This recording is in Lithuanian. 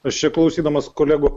aš čia klausydamas kolegų